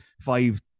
five